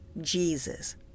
Jesus